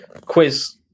quiz